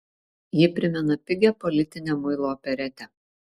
ji primena pigią politinę muilo operetę